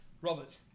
Robert